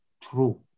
true